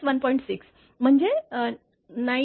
6 म्हणजे 998